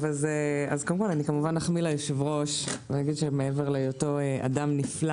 אני כמובן אחמיא ליושב ראש ואומר שמעבר להיותו אדם נפלא